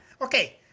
Okay